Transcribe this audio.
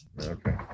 Okay